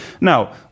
now